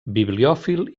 bibliòfil